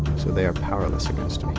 so they are powerless against me.